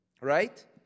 Right